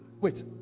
wait